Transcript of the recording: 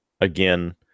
again